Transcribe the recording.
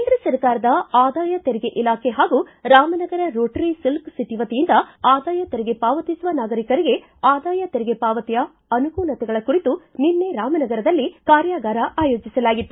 ಕೇಂದ್ರ ಸರ್ಕಾರದ ಆದಾಯ ತೆರಿಗೆ ಇಲಾಖೆ ಹಾಗೂ ರಾಮನಗರ ರೋಟರಿ ಸಿಲ್ಕ್ ಸಿಟಿ ವತಿಯಿಂದ ಆದಾಯ ತೆರಿಗೆ ಪಾವತಿಸುವ ನಾಗರೀಕರಿಗೆ ಆದಾಯ ತೆರಿಗೆ ಪಾವತಿಯ ಅನುಕೂಲತೆಗಳ ಕುರಿತು ನಿನ್ನೆ ರಾಮನಗರದಲ್ಲಿ ಕಾರ್ಯಗಾರ ಆಯೋಜಿಸಲಾಗಿತ್ತು